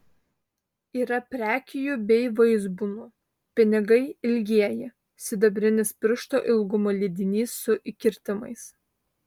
yra prekijų bei vaizbūnų pinigai ilgieji sidabrinis piršto ilgumo lydinys su įkirtimais